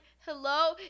hello